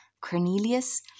Cornelius